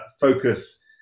focus